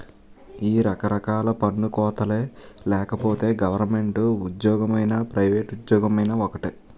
ఈ రకరకాల పన్ను కోతలే లేకపోతే గవరమెంటు ఉజ్జోగమైనా పైవేట్ ఉజ్జోగమైనా ఒక్కటే